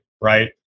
right